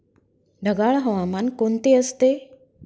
ढगाळ हवामान कोणते असते?